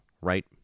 right